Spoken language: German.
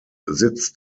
sitz